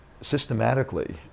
systematically